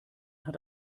hat